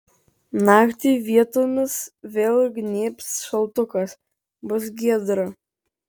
naktį vietomis vėl gnybs šaltukas bus giedra